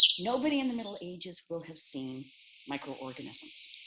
nobody in the middle ages will have seen microorganisms,